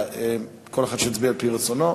כל אחד יצביע על-פי רצונו.